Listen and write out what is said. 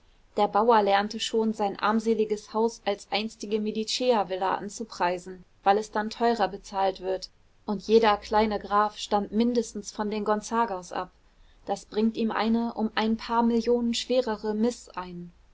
der bauer lernte schon sein armseliges haus als einstige mediceervilla anzupreisen weil es dann teurer bezahlt wird und jeder kleine graf stammt mindestens von den gonzagas ab das bringt ihm eine um ein paar millionen schwerere miß ein